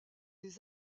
des